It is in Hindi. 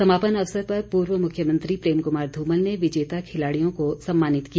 समापन अवसर पर पूर्व मुख्यमंत्री प्रेम कुमार धूमल ने विजेता खिलाड़ियों को सम्मानित किया